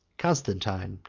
constantine,